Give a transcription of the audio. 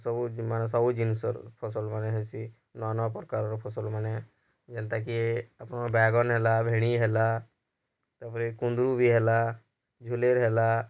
ସବୁ ମାନେ ସବୁ ଜିନିଷରୁ ଫସଲ ମାନେ ହେସି ନୂଆ ନୂଆ ପ୍ରକାରର ଫସଲ ମାନେ ଯେନ୍ତାକି ଆପଣଙ୍କ ବାଇଗନ୍ ହେଲା ଭେଣ୍ଡି ହେଲା ତାପରେ କୁନ୍ଦରୁ ବି ହେଲା ଝୁଲେର୍ ହେଲା